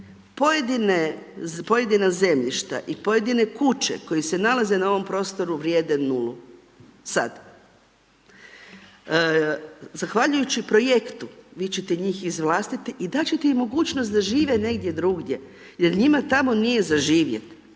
pojedina zemljišta i pojedine kuće koje se nalaze na ovom prostoru vrijede 0, sad, zahvaljujući projektu vi ćete njih izvlastiti i da ti ćete im mogućnost da žive negdje drugdje jer njima tamo nije za živjeti.